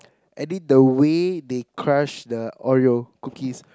edit the way they crush the Oreo cookies